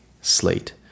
slate